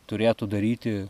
turėtų daryti